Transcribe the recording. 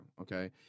okay